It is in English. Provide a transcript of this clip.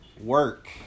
work